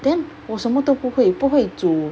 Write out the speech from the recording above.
then 我什么都不会不会煮